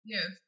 Yes